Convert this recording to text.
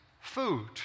food